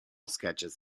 sketches